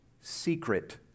secret